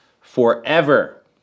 forever